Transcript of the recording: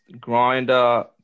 grinder